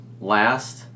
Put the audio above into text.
last